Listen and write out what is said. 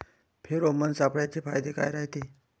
Pheromone सापळ्याचे फायदे काय रायते?